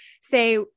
say